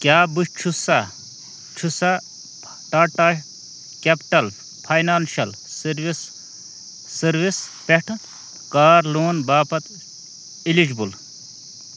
کیٛاہ بہٕ چھُسا چھُسا Tata capital financial service service پٮ۪ٹھٕ کار لون باپتھ الیجبل